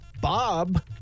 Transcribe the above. bob